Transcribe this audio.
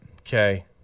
Okay